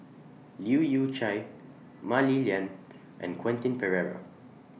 Leu Yew Chye Mah Li Lian and Quentin Pereira